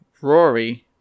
Rory